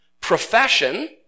Profession